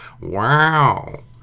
Wow